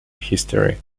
history